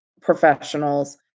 professionals